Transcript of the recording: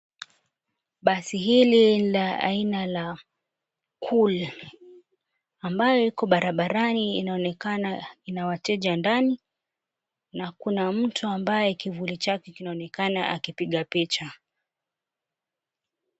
Basi hili la aina la kuli ambayo iko barabarani inaonekana ina wateja ndani na kuna mtu ambaye kivuli chake kinaonekana akipiga picha.